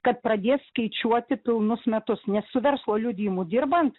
kad pradės skaičiuoti pilnus metus nes su verslo liudijimu dirbant